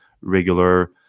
regular